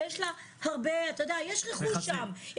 שיש לו הרבה רכוש שם,